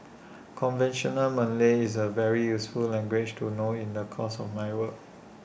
conventional Malay is A very useful language to know in the course of my work